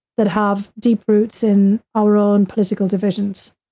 that have deep roots in our own political divisions.